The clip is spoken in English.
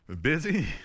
Busy